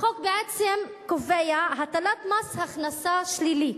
החוק בעצם קובע הטלת מס הכנסה שלילי,